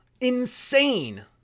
insane